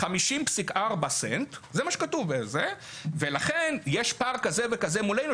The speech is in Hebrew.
50.4 סנט ולכן יש פער כזה וכזה מולנו,